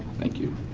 thank you.